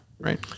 right